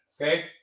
Okay